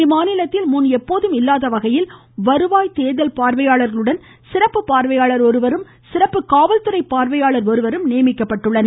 இம்மாநிலத்தில் முன் எப்போதும் இல்லாத வகையில் வருவாய் தேர்தல் பார்வையாளர்களுடன் சிறப்பு பார்வையாளர் ஒருவரும் சிறப்பு காவல்துறை பார்வையாளர் ஒருவரும் நியமிக்கப்பட்டுள்ளனர்